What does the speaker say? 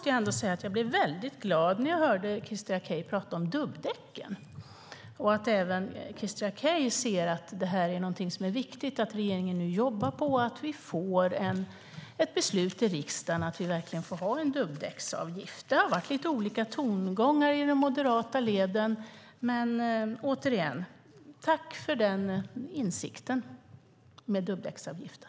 Jag blev glad när jag hörde Christer Akej prata om dubbdäcken och att även han anser att det är viktigt att regeringen jobbar med att få fram ett beslut i riksdagen om en dubbdäcksavgift. Det har varit lite olika tongångar i de moderata leden, men återigen tackar jag för insikten om dubbdäcksavgiften.